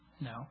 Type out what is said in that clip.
No